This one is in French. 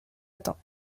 atteint